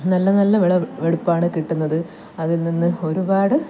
നല്ല നല്ല വിളവെടുപ്പാണ് കിട്ടുന്നത് അതില് നിന്ന് ഒരുപാട്